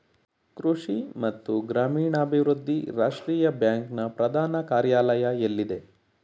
ಕೃಷಿ ಮತ್ತು ಗ್ರಾಮೀಣಾಭಿವೃದ್ಧಿ ರಾಷ್ಟ್ರೀಯ ಬ್ಯಾಂಕ್ ನ ಪ್ರಧಾನ ಕಾರ್ಯಾಲಯ ಎಲ್ಲಿದೆ?